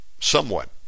Somewhat